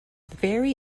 very